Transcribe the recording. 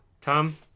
Tom